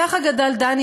ככה גדל דני,